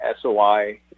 soi